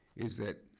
is that,